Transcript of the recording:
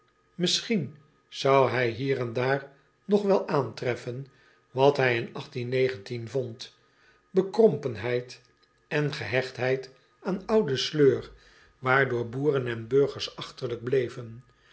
isschien zou hij hier en daar nog wel aantreffen wat hij in vond bekrompenheid en gehechtheid aan ouden sleur waardoor boeren en burgers